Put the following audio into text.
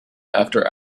after